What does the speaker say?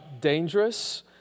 dangerous